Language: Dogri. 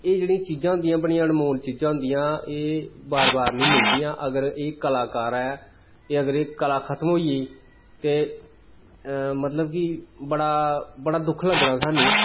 एह् जेहडियां चीजां होंदियां बड़ियां अनमोल चीजां होंदियां एह् बार बार निं मिलदियां अगर एह् कलाकार ऐ एह् अगर एह् कला खतम होई गेई ते मतलब कि बड़ा बड़ा दुक्ख लगना सानू